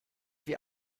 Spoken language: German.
wir